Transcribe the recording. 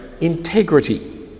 integrity